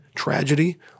tragedy